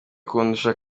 kundusha